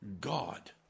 God